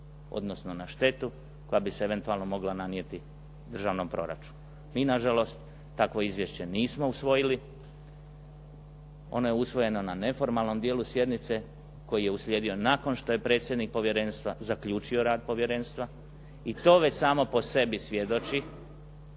odnosno na štetu koja bi se eventualno mogla nanijeti državnom proračunu. Mi nažalost takvo izvješće nismo usvojili. Ono je usvojeno na neformalnom dijelu sjednice koji je uslijedio nakon što je predsjednik Povjerenstva zaključio rad Povjerenstva i to već samo po sebi svjedoči